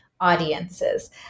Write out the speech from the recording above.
audiences